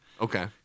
Okay